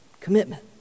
commitment